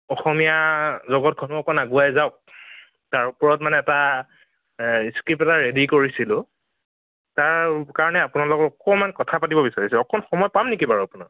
অসমীয়া জগতখনো অকণ আগুৱাই যাওঁক তাৰ ওপৰত মানে এটা স্ক্ৰীপ্ট এটা ৰেডী কৰিছিলোঁ তাৰ কাৰণে আপোনাৰ লগত অকণমান কথা পাতিব বিচাৰিছোঁ অকণ সময় পাম নেকি বাৰু আপোনাৰ